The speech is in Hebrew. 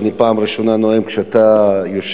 זו הפעם הראשונה שאני נואם כשאתה יושב-ראש.